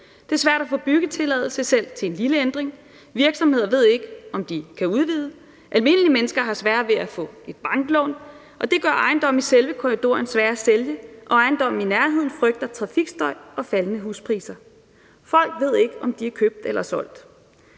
Det er svært at få byggetilladelse selv til en lille ændring; virksomheder ved ikke, om de kan udvide; almindelige mennesker har sværere ved at få et banklån, og det gør ejendomme i selve korridoren svære at sælge; og folk med ejendomme i nærheden frygter trafikstøj og faldende huspriser. Folk ved ikke, om de er købt eller solgt.